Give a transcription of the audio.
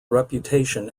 reputation